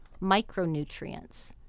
micronutrients